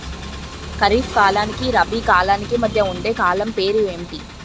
ఖరిఫ్ కాలానికి రబీ కాలానికి మధ్య ఉండే కాలం పేరు ఏమిటి?